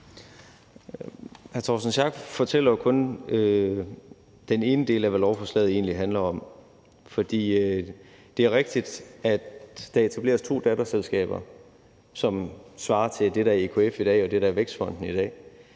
Pedersen fortæller jo kun den ene del af, hvad lovforslaget egentlig handler om, for det er rigtigt, at der etableres to datterselskaber, som svarer til det, der er EKF i dag, og det, der er Vækstfonden i dag.